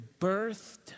birthed